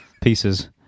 pieces